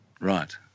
Right